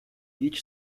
each